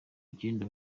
icyenda